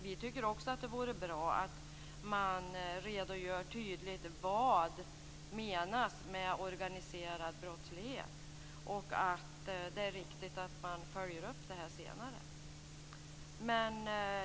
Vi tycker också att det vore bra om man tydligt redogör vad som menas med organiserad brottslighet och att det är riktigt att man följer upp detta senare.